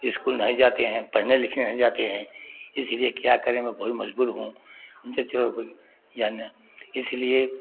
school नहीं जाते हैं पढ़ने लिखने नहीं जाते हैं इसीलिए क्या करें मैं बहुत मजबूर हूँ चलो कोई या ना इसीलिए